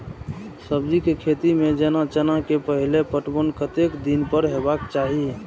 सब्जी के खेती में जेना चना के पहिले पटवन कतेक दिन पर हेबाक चाही?